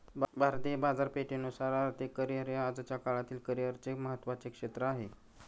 भारतीय बाजारपेठेनुसार आर्थिक करिअर हे आजच्या काळातील करिअरचे महत्त्वाचे क्षेत्र आहे